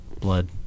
blood